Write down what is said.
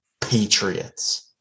Patriots